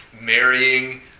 marrying